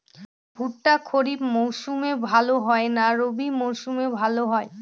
ভুট্টা খরিফ মৌসুমে ভাল হয় না রবি মৌসুমে ভাল হয়?